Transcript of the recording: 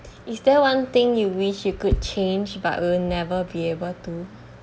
is there one thing you wish you could change but will never be able to